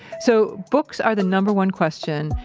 so, books are the number one question,